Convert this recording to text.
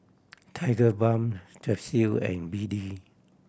Tigerbalm Strepsil and B D